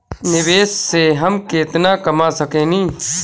निवेश से हम केतना कमा सकेनी?